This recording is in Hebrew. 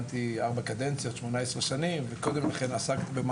אני מעלה את זה.